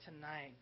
tonight